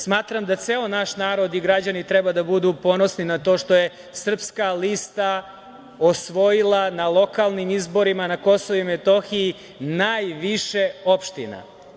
Smatram da ceo naš narod i građani treba da budu ponosni na to što je Srpska lista osvojila na lokalnim izborima na Kosovu i Metohiji najviše opština.